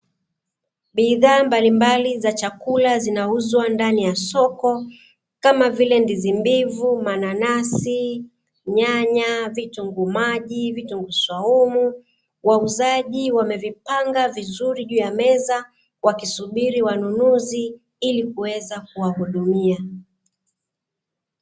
Bidhaa mbalimbali za chakula zinauzwa ndani ya soko, kama vile: ndizi mbivu, mananasi, nyanya, vitunguu maji, vitunguu saumu. Wauzaji wamevipanga vizuri juu ya meza wakisubiri wanunuzi ili kuweza kuwahudumia.